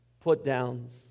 put-downs